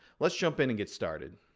let's jump in and get started.